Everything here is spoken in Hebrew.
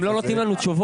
הם לא נותנים לנו תשובות,